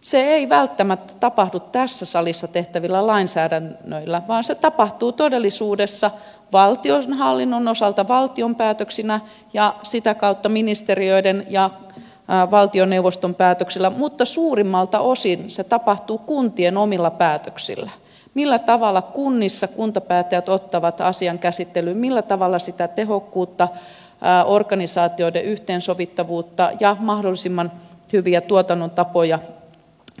se ei välttämättä tapahdu tässä salissa tehtävillä lainsäädännöillä vaan se tapahtuu todellisuudessa valtionhallinnon osalta valtion päätöksinä ja sitä kautta ministeriöiden ja valtioneuvoston päätöksillä mutta suurimmalta osin se tapahtuu kuntien omilla päätöksillä millä tavalla kunnissa kuntapäättäjät ottavat asian käsittelyyn millä tavalla sitä tehokkuutta organisaatioiden yhteensovitettavuutta ja mahdollisimman hyviä tuotannon tapoja